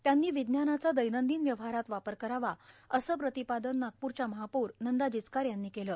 त्यांनी विज्ञानाचा दैनंदीन व्यवहारात वापर करावा असं प्रतिपादन नागपूरच्या महापौर नंदा जिचकार यांनी केलं